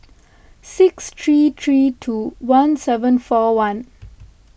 six three three two one seven four one